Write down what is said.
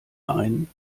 ein